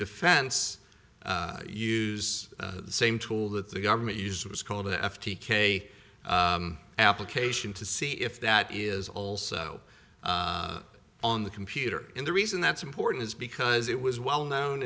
defense use the same tool that the government used was called the f t k application to see if that is also on the computer and the reason that's important is because it was well known